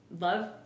love